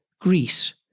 Greece